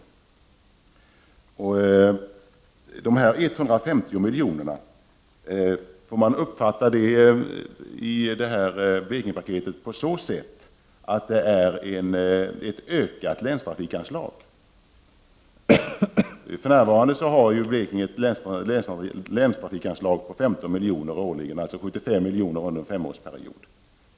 Kan man uppfatta de 150 miljonerna i Blekingepaketet som ett ökat länstrafikanslag? För närvarande har Blekinge ett länstrafikanslag på 15 milj.kr. årligen, dvs. 75 milj.kr. under en femårsperiod.